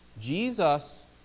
Jesus